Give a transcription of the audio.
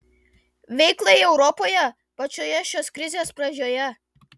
veiklai europoje pačioje šios krizės pradžioje